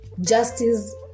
justice